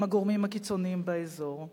עם הגורמים הקיצוניים באזור.